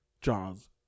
jaws